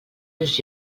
los